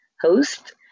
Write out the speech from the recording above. host